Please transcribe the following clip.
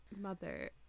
mother